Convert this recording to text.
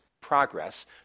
progress